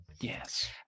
Yes